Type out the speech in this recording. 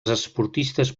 esportistes